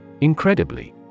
Incredibly